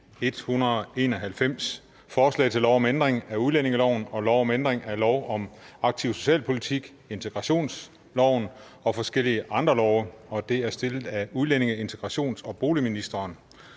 191: Forslag til lov om ændring af udlændingeloven og lov om ændring af lov om aktiv socialpolitik, integrationsloven og forskellige andre love. (Ophævelse af 2-årsfristen i sager